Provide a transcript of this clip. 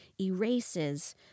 erases